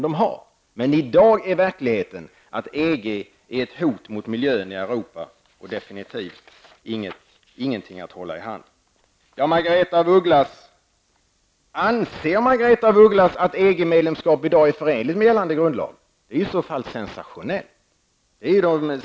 I dag är verkligheten att EG är ett hot mot miljön i Europa och absolut ingenting att hålla i hand. Anser Margaretha af Ugglas att EG-medlemskap i dag är förenligt med gällande grundlag? Det är i så fall sensationellt.